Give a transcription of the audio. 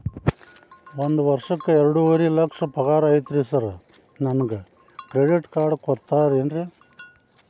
ಒಂದ್ ವರ್ಷಕ್ಕ ಎರಡುವರಿ ಲಕ್ಷ ಪಗಾರ ಐತ್ರಿ ಸಾರ್ ನನ್ಗ ಕ್ರೆಡಿಟ್ ಕಾರ್ಡ್ ಕೊಡ್ತೇರೆನ್ರಿ?